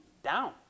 down